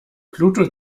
pluto